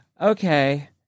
okay